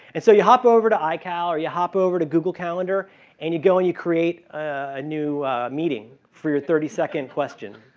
and so you hop over to ical or you hop over to google calendar and you go and you create a new meeting for your thirty second question.